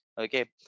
okay